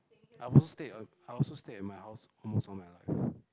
I've also stayed at uh I also stayed at my house almost all my life